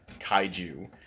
kaiju